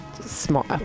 small